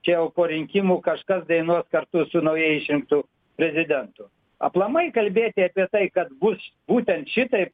čia jau po rinkimų kažkas dainuos kartu su naujai išrinktu prezidentu aplamai kalbėti apie tai kad bus būtent šitaip